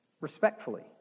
respectfully